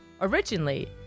Originally